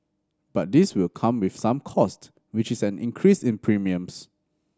but this will come with some cost which is an increase in premiums